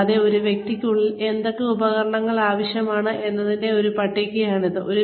കൂടാതെ ഒരു വ്യക്തിക്കുള്ളിൽ എന്തൊക്കെ ഉപകരണങ്ങൾ ആവശ്യമാണ് എന്നതിന്റെ ഒരു പട്ടികയാണിത്